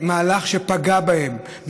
מהלך שפגע בהם,